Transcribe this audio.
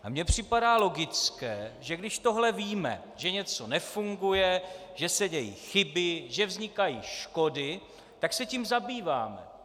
A mně připadá logické, že když tohle víme, že něco nefunguje, že se dějí chyby, že vznikají škody, tak se tím zabýváme.